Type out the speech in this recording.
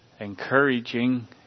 encouraging